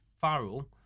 Farrell